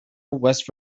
west